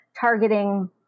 targeting